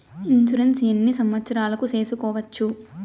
Insurance ఎన్ని సంవత్సరాలకు సేసుకోవచ్చు?